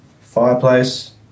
fireplace